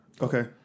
Okay